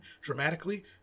dramatically